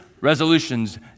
resolutions